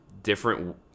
different